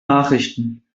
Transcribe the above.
nachrichten